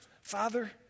Father